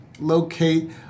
locate